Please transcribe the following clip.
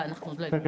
בסדר,